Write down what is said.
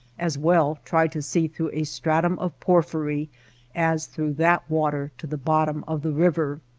as well try to see through a stratum of porphyry as through that water to the bottom of the river.